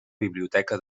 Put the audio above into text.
biblioteca